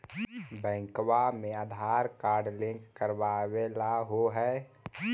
बैंकवा मे Aadhaar card link करवैलहो है?